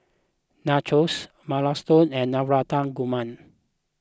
Nachos Minestrone and Navratan Korma